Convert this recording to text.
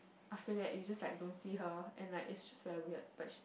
after that you just like don't see her and like it's just very weird but she